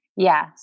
Yes